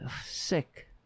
Sick